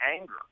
anger